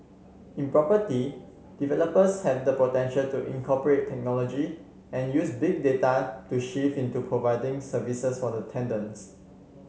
in property developers have the potential to incorporate technology and use Big Data to shift into providing services for the tenants